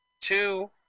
two